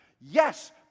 Yes